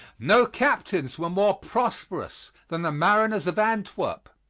no captains were more prosperous than the mariners of antwerp.